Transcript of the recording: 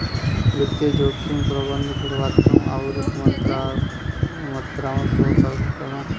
वित्तीय जोखिम प्रबंधन गुणात्मक आउर मात्रात्मक हो सकला